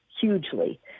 hugely